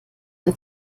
ein